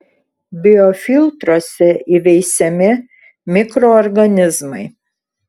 biofiltruose įveisiami mikroorganizmai